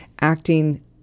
acting